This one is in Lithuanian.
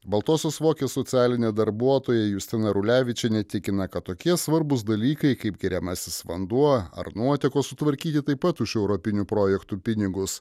baltosios vokės socialinė darbuotoja justina rulevičienė tikina kad tokie svarbūs dalykai kaip geriamasis vanduo ar nuotekos sutvarkyti taip pat už europinių projektų pinigus